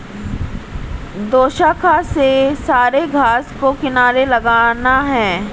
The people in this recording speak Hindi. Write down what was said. दोशाखा से सारे घास को किनारे लगाना है